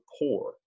poor